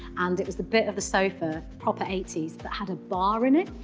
and it was the bit of the sofa, proper eighty s that had a bar in it.